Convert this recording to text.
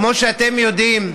כמו שאתם יודעים,